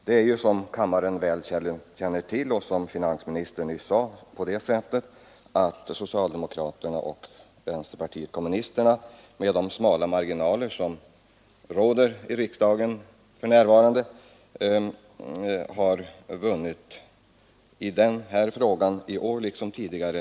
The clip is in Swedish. Det är, som kammaren väl känner till och som finansministern nyss sade, på det sättet att socialdemokraterna och vänsterpartiet kommunisterna med de smala marginaler som råder i riksdagen för närvarande vunnit omröstningarna i den här frågan i år liksom tidigare.